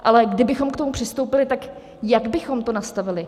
Ale kdybychom k tomu přistoupili, tak jak bychom to nastavili?